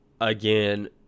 again